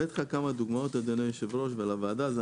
הבאתי לך כמה דוגמאות אדוני היושב ראש ולוועדה.